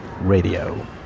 Radio